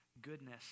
goodness